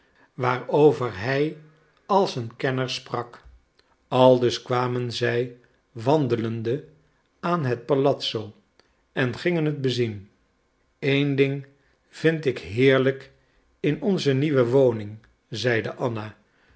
waarover hij als een kenner sprak aldus kwamen zij wandelende aan het palazzo en gingen het bezien een ding vind ik heerlijk in onze nieuwe woning zeide anna